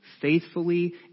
faithfully